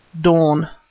dawn